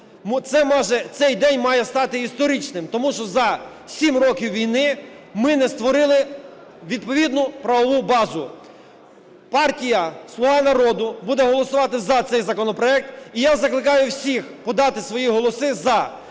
Цей день має стати історичним, тому що за 7 років війни ми не створили відповідну правову базу. Партія "Слуга народу" буде голосувати за цей законопроекту і я закликаю всіх подати свої голоси "за".